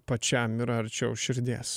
pačiam yra arčiau širdies